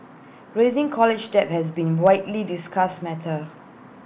rising college debt has been widely discussed matter